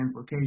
translocation